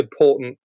important